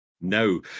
No